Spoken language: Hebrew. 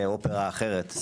אופרה אחרת.